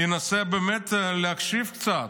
שינסה להקשיב קצת.